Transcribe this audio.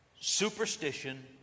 superstition